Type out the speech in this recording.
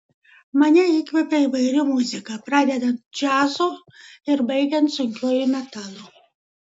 mane įkvepia įvairi muzika pradedant džiazu ir baigiant sunkiuoju metalu